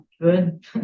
good